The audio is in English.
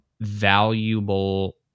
valuable